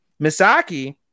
misaki